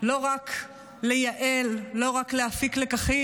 לא רק לא לייעל, לא רק לא להפיק לקחים,